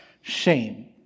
shame